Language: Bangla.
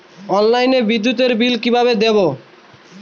অনলাইনে বিদ্যুতের বিল কিভাবে দেব?